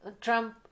Trump